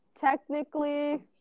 technically